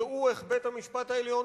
ראו איך בית-המשפט העליון,